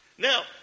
Now